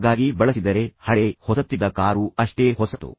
ಹಾಗಾಗಿ ಬಳಸಿದರೆ ಹಳೇ ಹೊಸತಿದ್ದ ಕಾರು ಅಷ್ಟೇ ಹೊಸತು